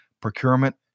Procurement